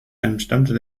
entstammte